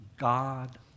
God